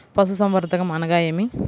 పశుసంవర్ధకం అనగా ఏమి?